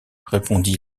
répondit